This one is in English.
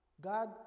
God